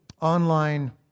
online